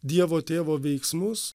dievo tėvo veiksmus